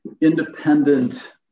independent